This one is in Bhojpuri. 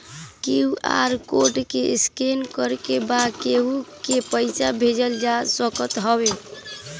क्यू.आर कोड के स्केन करके बा केहू के पईसा भेजल जा सकत हवे